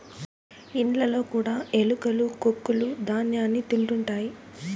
ఇండ్లలో కూడా ఎలుకలు కొక్కులూ ధ్యాన్యాన్ని తింటుంటాయి